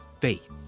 faith